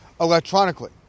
electronically